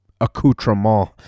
accoutrement